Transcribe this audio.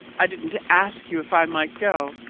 i didn't ask you if i might go,